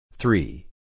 Three